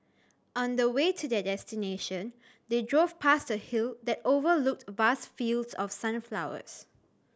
on the way to their destination they drove past a hill that overlooked vast fields of sunflowers